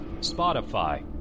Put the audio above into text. Spotify